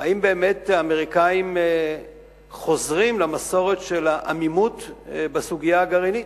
אם באמת האמריקנים חוזרים למסורת של העמימות בסוגיה הגרעינית,